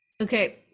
okay